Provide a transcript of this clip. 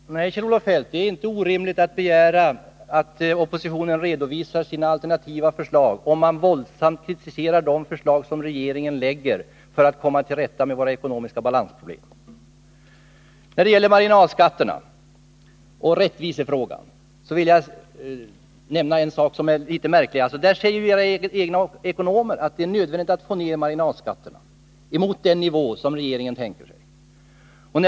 Herr talman! Nej, Kjell-Olof Feldt, det är inte orimligt att begära att oppositionen redovisar sina alternativa förslag, om de förslag som regeringen lägger fram för att komma till rätta med landets ekonomiska balansproblem utsätts för våldsam kritik. När det gäller marginalskatterna och rättvisefrågan vill jag nämna en sak som är litet märklig. Era egna ekonomer säger ju att det är nödvändigt att få ned marginalskatterna till i närheten av den nivå som regeringen föreslår.